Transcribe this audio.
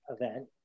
event